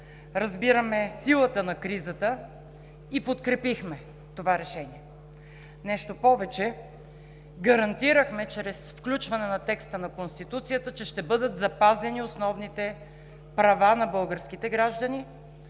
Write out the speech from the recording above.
разбираме силата на кризата и подкрепихме това решение. Нещо повече, гарантирахме чрез включване на текста от Конституцията, че ще бъдат запазени основните права на българските граждани